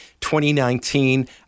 2019